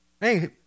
Hey